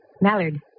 Mallard